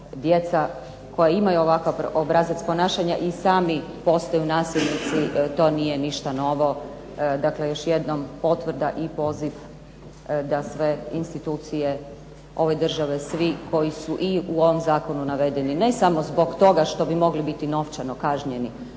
djeca koja imaju ovakav obrazac ponašanja i sami postaju nasilnici, to nije ništa novo, dakle još jednom potvrda i poziv da sve institucije ove države svi koji su u ovom Zakonu navedeni, ne samo zbog toga što bi mogli biti novčano kažnjeni